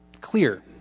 clear